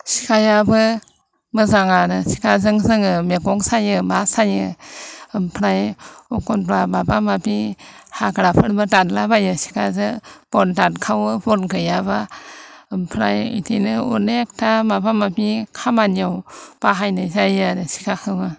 सिखायाबो मोजाङानो सिखाजों जोङो मैगं सायो मा सायो ओमफ्राय एखनब्ला माबा माबि हाग्राफोरबो दानला बायो सिखाजों बन दानखावो बन गैयाबा ओमफ्राय बिदिनो अनेकथा माबा माबि खामानियाव बाहायनाय जायो आरो सिखाखौबो